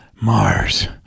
Mars